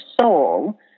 soul